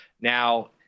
Now